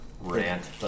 rant